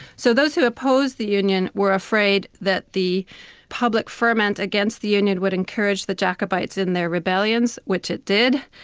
so those who opposed the union were afraid that the public ferment against the union would encourage the jacobites in their rebellions, which it did,